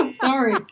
Sorry